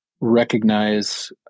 recognize